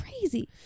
crazy